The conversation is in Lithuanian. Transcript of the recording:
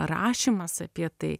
rašymas apie tai